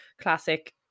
classic